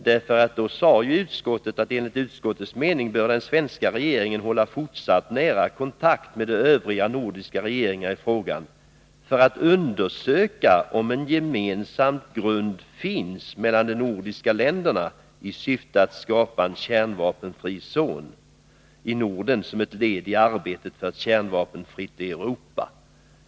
Utskottet yttrade ju, att enligt utskottets mening bör den svenska regeringen hålla fortsatt nära kontakt med de övriga nordiska regeringarna i frågan för att undersöka om en gemensam grund finns mellan de nordiska länderna i syfte att skapa en kärnvapenfri zon i Norden som ett led i arbetet för ett kärnvapenfritt Europa.